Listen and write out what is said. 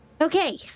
okay